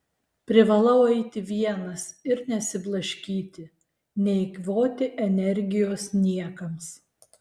privalau eiti vienas ir nesiblaškyti neeikvoti energijos niekams